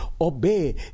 obey